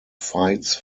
fights